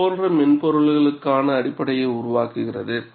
இது போன்ற மென்பொருள்களுக்கான அடிப்படையை உருவாக்குகிறது